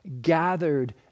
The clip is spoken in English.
gathered